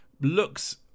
looks